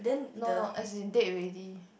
no no as it dead already